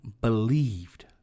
believed